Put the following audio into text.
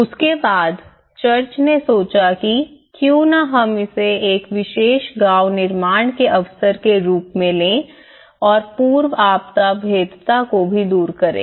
उसके बाद चर्च ने सोचा कि क्यों न हम इसे एक विशेष गाँव निर्माण के अवसर के रूप में लें और पूर्व आपदा भेद्यता को भी दूर करें